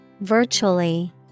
Virtually